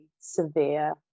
severe